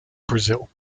brazil